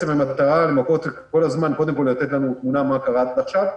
המטרה למפות כל הזמן ולתת לנו תמונה כל הזמן מה קרה עד עכשיו,